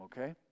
okay